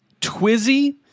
twizzy